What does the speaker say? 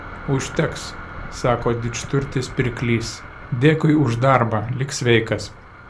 užteks sako didžturtis pirklys dėkui už darbą lik sveikas